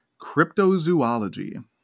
cryptozoology